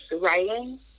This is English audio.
writing